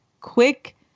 quick